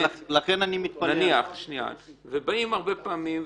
נניח שבאים הרבה פעמים ומציגים,